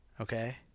Okay